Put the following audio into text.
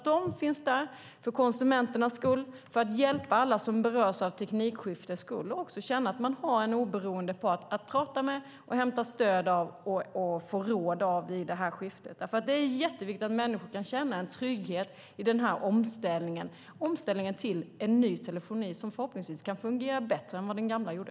Den finns där för konsumenternas skull och för att hjälpa alla som berörs av teknikskiftet. Man ska känna att man har en oberoende part att prata med, hämta stöd hos och få råd av i detta skifte. Det är viktigt att människor känner trygghet i denna omställning till en ny telefoni som förhoppningsvis kan fungera bättre än vad den gamla gjorde.